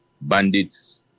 bandits